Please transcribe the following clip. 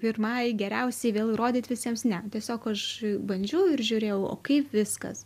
pirmai geriausiai vėl įrodyt visiems ne tiesiog aš bandžiau ir žiūrėjau o kaip viskas